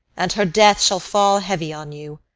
and her death shall fall heavy on you.